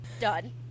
done